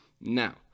Now